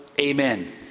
amen